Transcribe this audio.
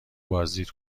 بازدید